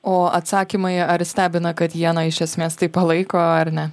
o atsakymai ar stebina kad jie na iš esmės taip palaiko ar ne